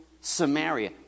Samaria